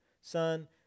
son